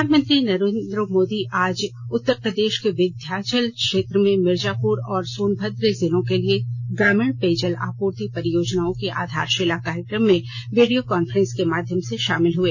प्रधानमंत्री नरेन्द्र मोदी आज उत्तरप्रदेश के विन्ध्यांचल क्षेत्र में मिर्जापुर और सोनभद्र जिलों के लिए ग्रामीण पेयजल आपूर्ति परियोजनाओं की आधारशिला कार्यक्रम में वीडियो कांफ्रेंस के माध्यम से शामिल हुए